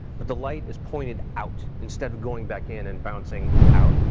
but the light is pointed out instead of going back in and bouncing out,